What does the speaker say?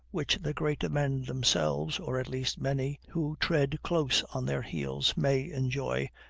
which the great men themselves, or at least many who tread close on their heels, may enjoy,